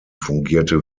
fungierte